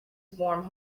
warm